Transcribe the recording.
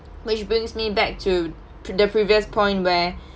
which brings me back to th~ the previous point where